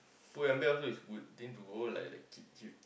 Pull-and-Bear also is good tend to go like like cheap cheap